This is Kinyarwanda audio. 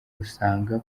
gusanga